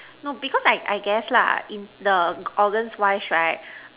no because I I guess lah in the organs wise right